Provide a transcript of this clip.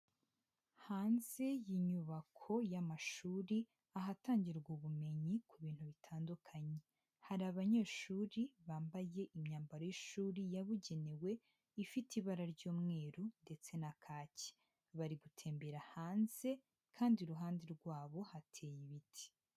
Hanze y'inyubako y'amashuri ahatangirwa bumenyi ku bintu bitandukanye, hari abanyeshuri bambaye imyambaro y'ishuri yabugenewe ifite ibara ry'umweru ndetse na kaki, bari gutembera hanze kandi iruhande rwabo hateye ibiti.